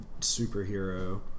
superhero